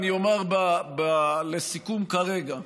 אני אומר לסיכום כרגע.